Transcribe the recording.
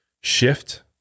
shift